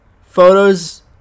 Photos